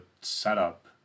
setup